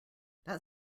that